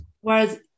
Whereas